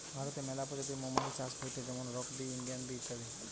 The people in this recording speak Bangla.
ভারতে মেলা প্রজাতির মৌমাছি চাষ হয়টে যেমন রক বি, ইন্ডিয়ান বি ইত্যাদি